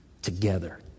Together